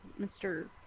Mr